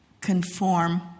conform